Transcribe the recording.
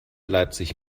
leipzig